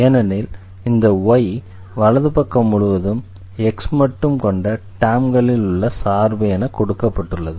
ஏனெனில் இந்த y வலது பக்கம் முழுவதும் x மட்டும் கொண்ட டெர்ம்களில் உள்ள சார்பு என கொடுக்கப்பட்டுள்ளது